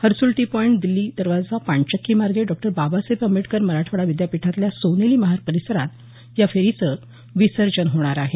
Harsul T point दिछी दरवाजा पाणचक्की मार्गे डॉ बाबासाहेब आंबेडकर मराठवाडा विद्यापीतल्या सोनेरी महाल परिसरात या फेरीचं विसर्जन होणार आहे